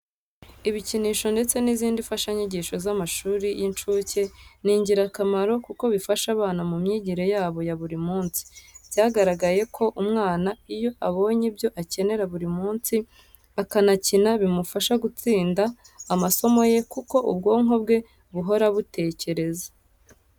Ibikinisho ndetse n'izindi mfashanyigisho z'amashuri y'inshuke ni ingirakamaro kuko bifasha abana mu myigire yabo ya buri munsi. Byaragaragaye ko umwana iyo abonye ibyo akenera buri munsi akanakina bimufasha gutsinda amasomo ye kuko ubwonko bwe buhora butekereza.